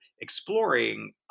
exploring